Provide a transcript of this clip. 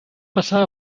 passar